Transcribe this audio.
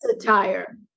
attire